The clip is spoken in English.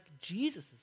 Jesus